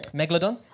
megalodon 。